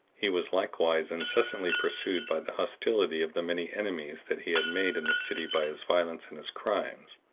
he was likewise incessantly pursued by the hostility of the many enemies that he had made in the city by his violence and his crimes.